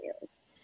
years